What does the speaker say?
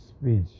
speech